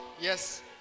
Yes